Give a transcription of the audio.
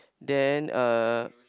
then uh